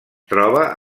troba